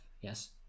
yes